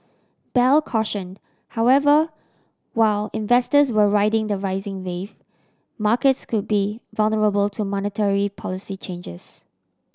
bell cautioned however while investors were riding the rising wave markets could be vulnerable to monetary policy changes